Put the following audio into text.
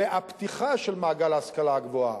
והפתיחה של מעגל ההשכלה הגבוהה,